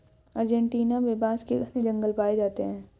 Argentina में बांस के घने जंगल पाए जाते हैं